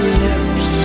lips